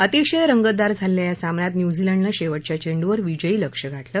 अतिशय रंगतदार झालेल्या या सामन्यात न्यूझीलंडनं शेवटच्या चेंडूवर विजयी लक्ष्य गाठलं